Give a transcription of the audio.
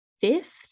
fifth